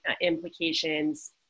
implications